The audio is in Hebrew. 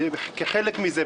כחלק ממהלך זה,